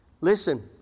Listen